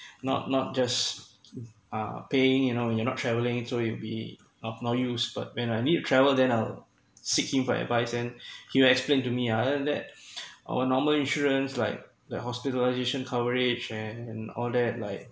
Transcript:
not not just uh paying you know you're not travelling so you be of now use but when I need to travel then I'll seeking for advice and he will explain to me other than that our normal insurance like the hospitalization coverage and all that like